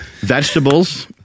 Vegetables